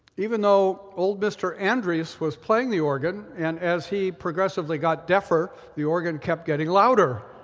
even though old mr. andreas was playing the organ, and as he progressively got deafer, the organ kept getting louder.